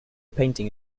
painting